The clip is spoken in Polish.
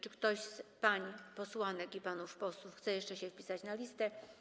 Czy ktoś z pań posłanek i panów posłów chce jeszcze się wpisać na listę?